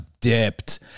dipped